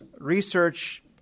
research